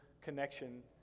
connection